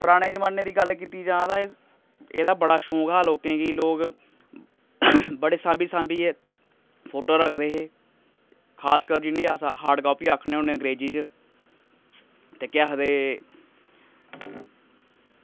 पराने जमाने दी गल्ल कीती जा ता एह् एह्दा बड़ा शौंक हा लोकें गी लोग बड़े सांभी सांभियै फोटो रखदे हे खासकर जिनेंगी अस हार्ड कापी आखने होन्ने अंग्रेजी च ते केह् आखदे